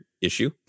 issue